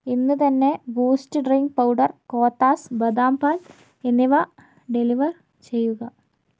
ഇന്ന് തന്നെ Boost drink powder Kothas ബദാം പാൽ എന്നിവ ഡെലിവർ ചെയ്യുക